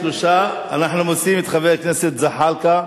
3. אנחנו מוסיפים את חבר הכנסת זחאלקה,